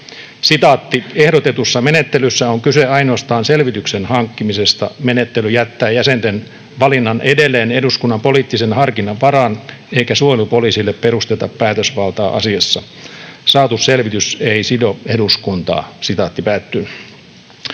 ”Ehdotetussa menettelyssä on kyse ainoastaan selvityksen hankkimisesta. Menettely jättää jäsenten valinnan edelleen eduskunnan poliittisen harkinnan varaan, eikä suojelupoliisille perusteta päätösvaltaa asiassa. Saatu selvitys ei sido eduskuntaa.”